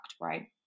right